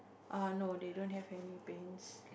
err no they don't have any beans